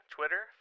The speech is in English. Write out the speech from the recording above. Twitter